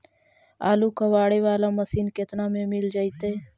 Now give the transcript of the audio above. आलू कबाड़े बाला मशीन केतना में मिल जइतै?